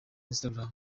instagram